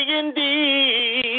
indeed